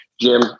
Jim